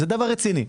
זה דבר רציני.